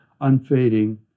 unfading